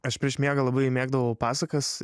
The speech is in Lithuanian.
aš prieš miegą labai mėgdavau pasakas